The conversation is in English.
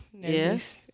Yes